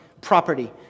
property